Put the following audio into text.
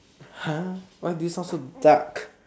!huh! why this one so dark